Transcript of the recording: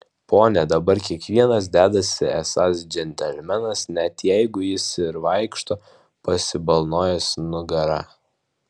pone dabar kiekvienas dedasi esąs džentelmenas net jeigu jis ir vaikšto pasibalnojęs nugarą